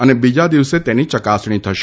અને બીજા દિવસે તેની ચકાસણી થશે